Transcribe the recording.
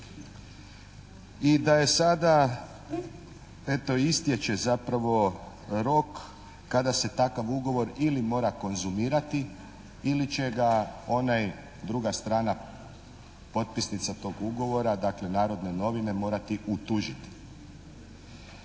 i da je sada eto istječe zapravo rok kada se takav ugovor ili mora konzumirati ili će ga onaj, druga strana potpisnica tog ugovora, dakle "Narodne novine" morati utužiti.